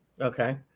Okay